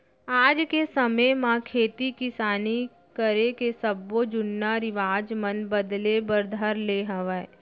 आज के समे म खेती किसानी करे के सब्बो जुन्ना रिवाज मन बदले बर धर ले हवय